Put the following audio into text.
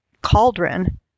cauldron